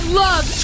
love